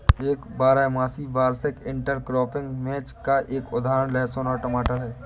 एक बारहमासी वार्षिक इंटरक्रॉपिंग मैच का एक उदाहरण लहसुन और टमाटर है